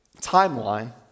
timeline